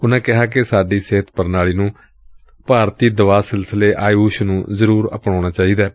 ਉਨਾ ਕਿਹਾ ਕਿ ਸਾਡੀ ਸਿਹਤ ਪ੍ਰਣਾਲੀ ਨੂੰ ਭਾਰਤੀ ਦਵਾ ਸਿਲਸਿਲੇ ਆਯੁਸ ਨੂੰ ਜ਼ਰੁਰੀ ਅਪਣਾਉਣਾ ਚਾਹੀਦੈ